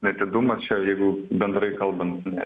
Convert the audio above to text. neatidumas čia jeigu bendrai kalbant ne